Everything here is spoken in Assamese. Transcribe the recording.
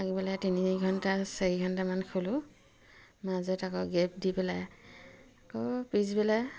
তিনি ঘণ্টা চাৰি ঘণ্টামান খোলোঁ মাজত আকৌ গেপ দি পেলাই আকৌ পিছবেলাই